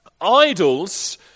idols